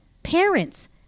Parents